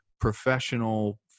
professional